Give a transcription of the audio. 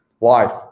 life